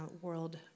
World